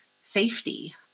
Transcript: safety